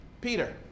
Peter